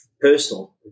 personal